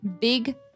Big